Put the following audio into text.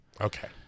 Okay